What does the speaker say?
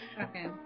Okay